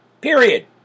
Period